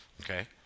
Okay